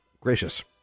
gracious